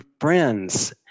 friends